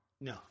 No